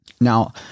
Now